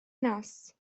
nas